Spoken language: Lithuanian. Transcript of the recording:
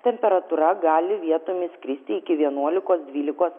temperatūra gali vietomis kristi iki vienuolikos dvylikos